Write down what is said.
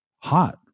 hot